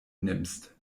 nimmst